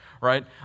right